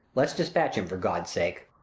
let's dispatch him for god's sake.